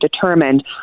determined